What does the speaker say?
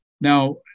Now